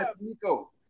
Nico